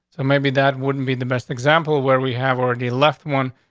so maybe that wouldn't be the best example where we have already left one,